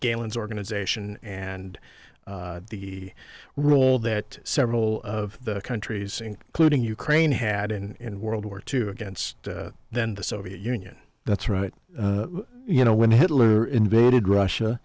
galen's organization and the role that several of the countries including ukraine had in world war two against then the soviet union that's right you know when hitler invaded russia